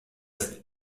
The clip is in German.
ist